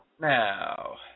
Now